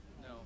No